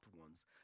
ones